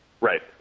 Right